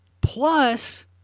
Plus